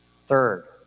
Third